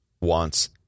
wants